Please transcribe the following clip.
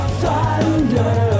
thunder